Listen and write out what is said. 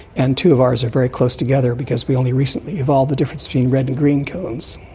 and two of ours are very close together because we only recently evolved the difference between red and green cones.